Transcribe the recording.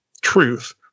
truth